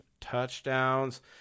touchdowns